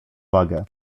wagę